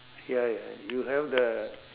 ya ya you have the